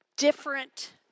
Different